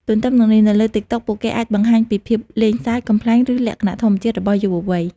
ទន្ទឹមនឹងនេះ នៅលើ TikTok ពួកគេអាចបង្ហាញពីភាពលេងសើច កំប្លែង ឬលក្ខណៈធម្មជាតិរបស់យុវវ័យ។